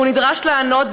הוא נדרש לענות,